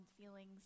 feelings